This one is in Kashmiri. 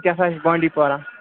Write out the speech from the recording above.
یہِ کیٛاہ سا چھُ بانٛڈی پوٗرا